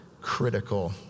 critical